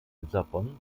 lissabon